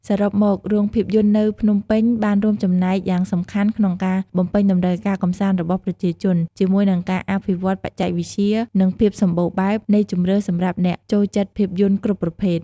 សរុបមក រោងភាពយន្តនៅភ្នំពេញបានរួមចំណែកយ៉ាងសំខាន់ក្នុងការបំពេញតម្រូវការកម្សាន្តរបស់ប្រជាជន ជាមួយនឹងការអភិវឌ្ឍបច្ចេកវិទ្យា និងភាពសម្បូរបែបនៃជម្រើសសម្រាប់អ្នកចូលចិត្តភាពយន្តគ្រប់ប្រភេទ។